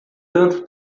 tanto